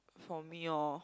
for me orh